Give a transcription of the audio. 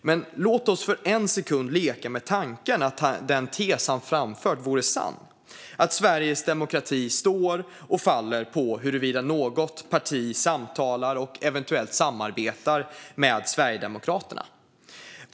Men låt oss för en sekund leka med tanken att den tes han framfört vore sann, att Sveriges demokrati står och faller med huruvida något parti samtalar och eventuellt samarbetar med Sverigedemokraterna.